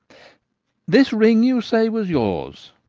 this ring, you say, was yours?